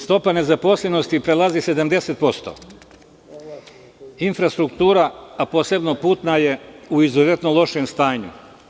Stopa nezaposlenosti prelazi 70%, infrastruktura, a posebno putna je u izuzetno lošem stanju.